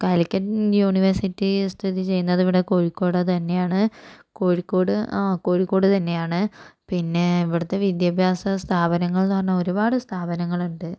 Calicut university സ്ഥിതി ചെയ്യുന്നത് ഇവിടെ കോഴിക്കോട് തന്നെയാണ് കോഴിക്കോട് ആ കോഴിക്കോട് തന്നെയാണ് പിന്നെ ഇവിടത്തെ വിദ്യാഭ്യാസ സ്ഥാപനങ്ങള് എന്നു പറഞ്ഞാൽ ഒരുപാട് സ്ഥാപനങ്ങളുണ്ട്